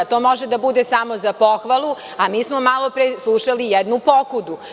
To može da bude samo za pohvalu, a mi smo malo pre slušali jednu pokudu.